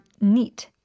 neat